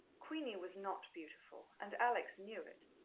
queenie was not beautiful, and alex knew it,